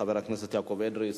חבר הכנסת יעקב אדרי,